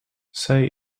zij